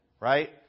Right